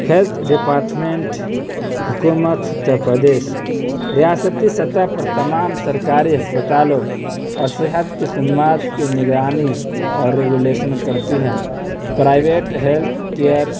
health department حکومت اتر پردیش ریاستی سطح پر تمام سرکاری اسپتالوں اور صحت کی خدمات کی نگرانی اور ریگولیشن کرتی ہیں پرائیویٹ ہیلتھ کیئر